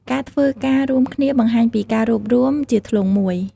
ការធ្វើការរួមគ្នាបង្ហាញពីការរួបរួមជាធ្លុងមួយ។